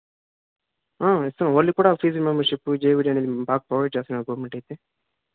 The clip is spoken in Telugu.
ఇస్తాం వాళ్ళకు కూడా ఫీజ్ రెమెంబర్షిప్ జేవిడి అనేది బాగా ప్రొవైడ్ చేస్తున్నారు గవర్నమెంట్ అయితే